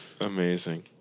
Amazing